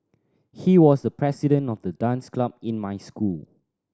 he was the president of the dance club in my school